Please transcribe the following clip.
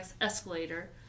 escalator